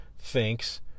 thinks